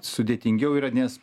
sudėtingiau yra nes